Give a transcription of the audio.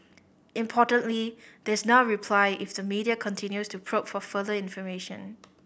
importantly there is now reply if the media continues to probe for further information